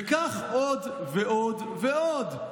וכך עוד ועוד ועוד.